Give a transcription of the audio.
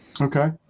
Okay